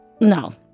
no